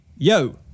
Yo